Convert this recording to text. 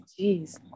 jeez